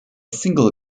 single